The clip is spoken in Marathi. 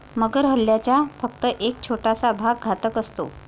मगर हल्ल्याचा फक्त एक छोटासा भाग घातक असतो